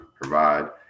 provide